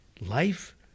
life